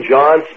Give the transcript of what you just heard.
John